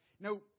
Now